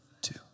two